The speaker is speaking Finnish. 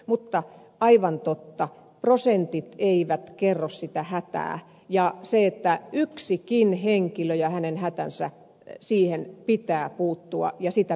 mutta aivan totta prosentit eivät kerro sitä hätää ja se että yksikin henkilö ja hänen hätänsä siihen pitää puuttua ja sitä pitää estää